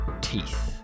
teeth